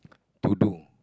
to do